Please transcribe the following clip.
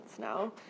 now